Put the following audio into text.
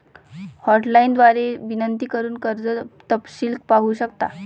hotline द्वारे विनंती करून कर्ज तपशील पाहू शकता